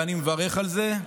ואני מברך על זה.